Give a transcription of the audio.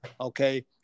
okay